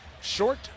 short